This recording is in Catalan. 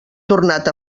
tornat